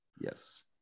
Yes